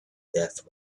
death